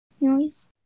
Noise